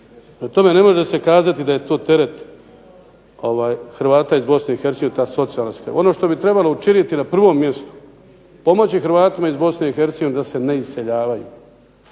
tome, ne može se kazati da je to teret Hrvata iz Bosne i Hercegovine, ta socijalna skrb. Ono što bi trebalo učiniti na prvom mjestu, pomoći Hrvatima iz Bosne i Hercegovine da se ne iseljavaju.